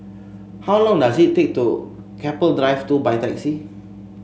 how long does it take to get to Keppel Drive Two by taxi